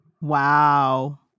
Wow